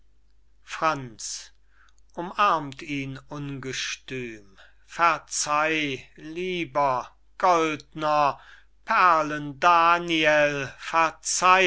franz umarmt ihn ungestüm verzeih lieber goldner perlendaniel